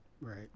right